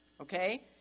okay